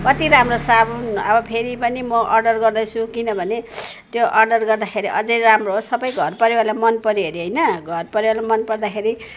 कति राम्रो साबुन अब फेरि पनि म अर्डर गर्दैछु किनभने त्यो अर्डर गर्दाखेरि अझै राम्रो होस् सप्पै घर परिवारलाई मन पऱ्यो अरे हैन घर परिवारलाई मन पर्दाखेरि